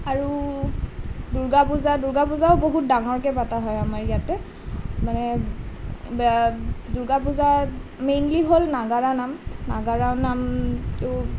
আৰু দুৰ্গা পূজা দুৰ্গা পূজাও বহুত ডাঙৰকৈ পতা হয় আমাৰ ইয়াতে মানে দুৰ্গা পূজাত মেইনলি হ'ল নাগাৰা নাম নাগাৰা নাম